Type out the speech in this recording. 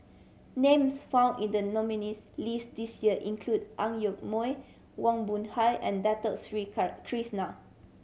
names found in the nominees' list this year include Ang Yoke Mooi Wong Boon Hock and Dato Sri Krishna